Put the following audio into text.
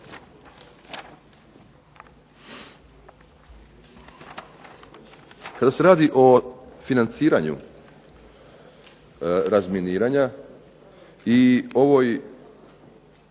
Kada se radi o financiranju razminiranja i ovoj,